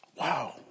Wow